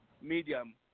medium